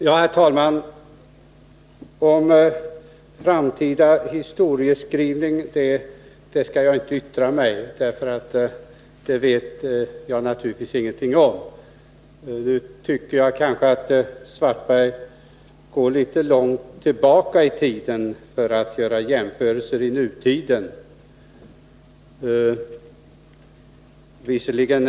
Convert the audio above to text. Herr talman! Jag skall inte yttra mig om hur historieskrivningen kan komma att se ut i en framtid, för det vet jag naturligtvis ingenting om. F. ö. tycker jag att herr Svartberg kanske går litet för långt tillbaka i tiden när han gör jämförelser med förhållandena i nutiden.